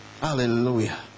Hallelujah